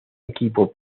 equipo